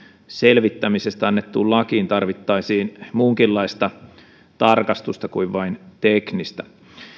selvittämisestä annettuun lakiin tarvittaisiin muunkinlaista tarkastusta kuin vain teknistä